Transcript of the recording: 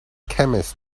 chemist